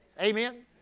Amen